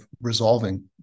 resolving